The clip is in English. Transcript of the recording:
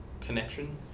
connection